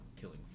killing